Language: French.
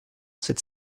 cette